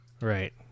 Right